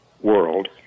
world